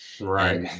right